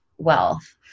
wealth